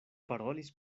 parolis